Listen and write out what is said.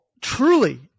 truly